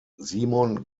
simon